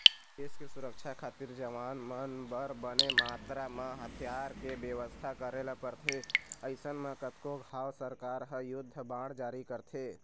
देस के सुरक्छा खातिर जवान मन बर बने मातरा म हथियार के बेवस्था करे ल परथे अइसन म कतको घांव सरकार ह युद्ध बांड जारी करथे